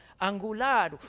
angular